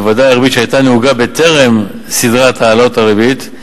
בוודאי הריבית שהיתה נהוגה בטרם סדרת העלאות הריבית,